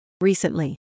Recently